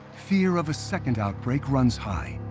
fear of a second outbreak runs high,